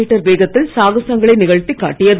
metre வேகத்தில் சாகசங்களை நிகழ்த்தி காட்டியது